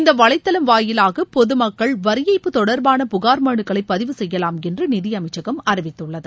இந்த வலைதளம் வாயிலாக பொது மக்கள் வரி ஏய்ப்பு தொடர்பான புகார் மனுக்களை பதிவு செய்யலாம் என்று நிதியமைச்சகம் அறிவித்துள்ளது